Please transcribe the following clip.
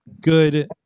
good